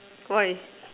why